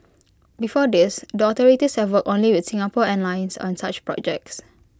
before this the authorities have worked only with Singapore airlines on such projects